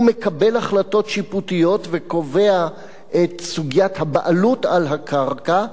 הוא מקבל החלטות שיפוטיות וקובע את סוגיית הבעלות על הקרקע.